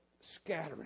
scattering